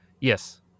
Yes